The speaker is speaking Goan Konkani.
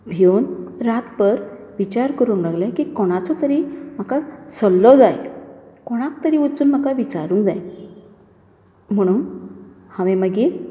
भियोन रात भर विचार करूंक लागले की कोणाचो तरी म्हाका सल्लो जाय कोणाक तरी वचून म्हाका विचारूंक जाय म्हुणून हांवें मागीर